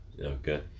Okay